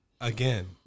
Again